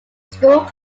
school